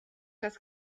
das